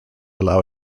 allow